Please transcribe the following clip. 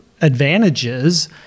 advantages